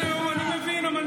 קשה לכם.